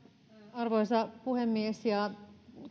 arvoisa puhemies ja